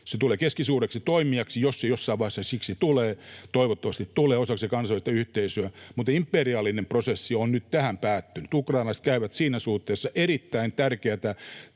Se tulee keskisuureksi toimijaksi, jos se jossain vaiheessa siksi tulee. Toivottavasti se tulee osaksi kansainvälistä yhteisöä, mutta imperiaalinen prosessi on nyt tähän päättynyt. Ukrainalaiset käyvät siinä suhteessa erittäin tärkeätä